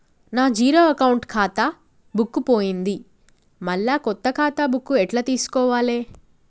నా zero account ఖాతా book పోయింది మళ్ళా కొత్త ఖాతా బుక్కు ఎట్ల తీసుకోవాలే?